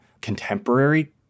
contemporary